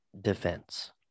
defense